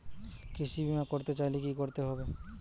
কৃষি বিমা করতে চাইলে কি করতে হবে?